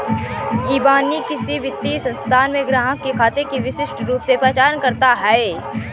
इबानी किसी वित्तीय संस्थान में ग्राहक के खाते की विशिष्ट रूप से पहचान करता है